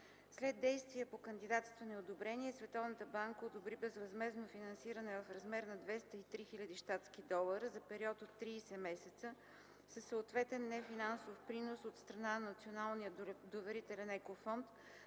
След действия по кандидатстване и одобрение, Световната банка одобри безвъзмездно финансиране в размер на 203 000 щатски долара за период от 30 месеца, със съответен нефинансов принос от страна на Националния доверителен Еко Фонд